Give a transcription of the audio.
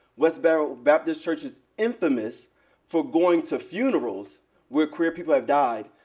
westboro baptist church is infamous for going to funerals where queer people have died,